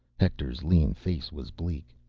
hector's lean face was bleak.